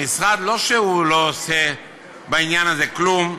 זה לא שהמשרד לא עושה בעניין הזה כלום.